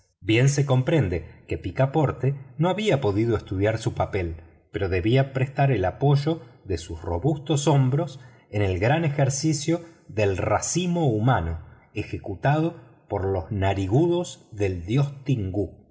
bien se comprende que picaporte no había podido estudiar su papel pero debía prestar el apoyo de sus robustos hombros en el gran ejercicio del racimo humano ejecutado por los narigudos del dios tingú